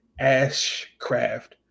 Ashcraft